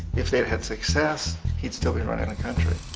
if they'd had success he'd still be running the country.